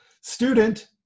student